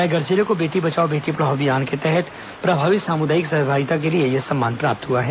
रायगढ़ जिले को बेटी बचाओ बेटी पढ़ाओ अभियान के तहत प्रभावी सामुदायिक सहभागिता के लिए यह सम्मान प्राप्त हुआ है